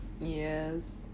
yes